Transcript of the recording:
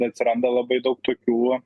atsiranda labai daug tokių